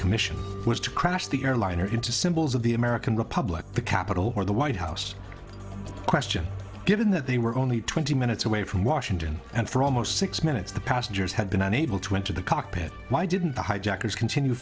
commission was to crash the airliner into symbols of the american republic the capitol or the white house question given that they were only twenty minutes away from washington and for almost six minutes the passengers had been unable to enter the cockpit why didn't the hijackers continue